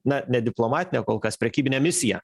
na nediplomatinę o kol kas prekybinę misiją